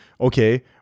okay